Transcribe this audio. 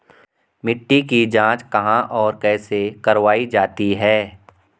मिट्टी की जाँच कहाँ और कैसे करवायी जाती है?